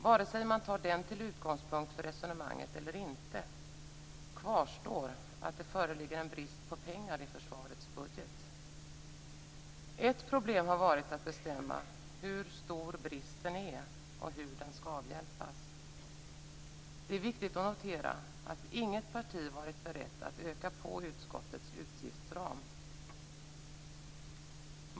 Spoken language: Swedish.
Vare sig man tar den till utgångspunkt för resonemanget eller inte, kvarstår att det föreligger en brist på pengar i försvarets budget. Ett problem har varit att bestämma hur stor bristen är och hur den skall avhjälpas. Det är viktigt att notera att inget parti har varit berett att öka på utskottets utgiftsram.